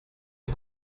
les